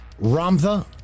Ramtha